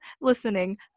listening